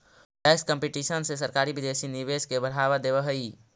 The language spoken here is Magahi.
टैक्स कंपटीशन से सरकारी विदेशी निवेश के बढ़ावा देवऽ हई